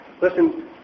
Listen